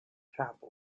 prabhu